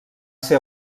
ser